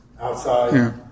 outside